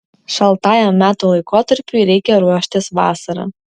šaltajam metų laikotarpiui reikia ruoštis vasarą